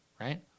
right